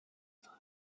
unsere